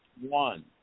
one